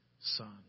son